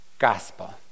Gospel